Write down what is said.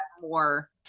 more